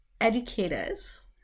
educators